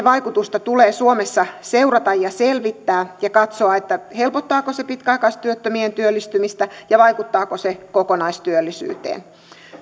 vaikutusta tulee suomessa seurata ja selvittää ja katsoa helpottaako se pitkäaikaistyöttömien työllistymistä ja vaikuttaako se kokonaistyöllisyyteen